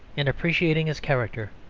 in appreciating his character,